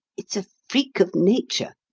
it's a freak of nature.